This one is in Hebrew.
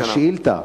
השאילתא